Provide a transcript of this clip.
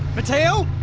mateo!